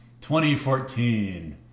2014